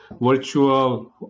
virtual